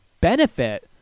benefit